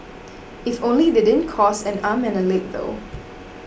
if only they didn't cost and arm and a leg though